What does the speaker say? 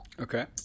Okay